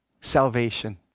salvation